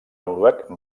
noruec